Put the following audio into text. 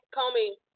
Comey